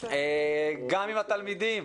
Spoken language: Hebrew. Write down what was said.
גם עם התלמידים.